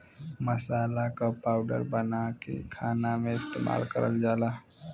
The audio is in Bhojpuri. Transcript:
मसाला क पाउडर बनाके खाना में इस्तेमाल करल जाला